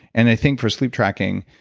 and i think for sleep tracking,